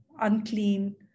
unclean